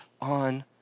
on